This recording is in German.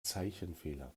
zeichenfehler